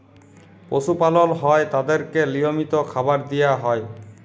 পশু পালল হ্যয় তাদেরকে লিয়মিত খাবার দিয়া হ্যয়